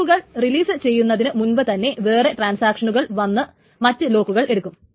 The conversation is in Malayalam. ലോക്കുകൾ റിലീസു ചെയ്യുന്നതിന് മുൻപ് തന്നെ വേറെ ട്രാൻസാക്ഷനുകൾ വന്ന് മറ്റു ലോക്കുകൾ എടുക്കും